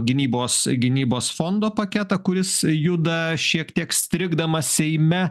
gynybos gynybos fondo paketą kuris juda šiek tiek strigdamas seime